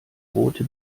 rote